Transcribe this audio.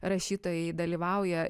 rašytojai dalyvauja